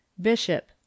Bishop